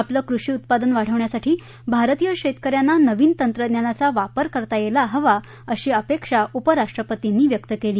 आपलं कृषी उत्पादन वाढवण्यासाठी भारतीय शेतकऱ्यांना नवीन तंत्रज्ञानाचा वापर करता यायला हवा अशी अपेक्षा उपराष्ट्रपतींनी व्यक्त केली